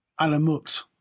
Alamut